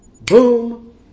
boom